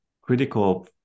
critical